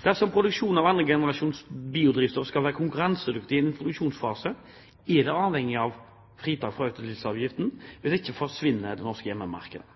Dersom produksjon av andregenerasjons biodrivstoff skal være konkurransedyktig i en introduksjonsfase, er det avhengig av fritak fra autodieselavgiften. Hvis ikke forsvinner det norske hjemmemarkedet.